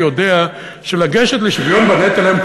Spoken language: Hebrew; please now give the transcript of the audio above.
יודע שלגשת לשוויון בנטל היום,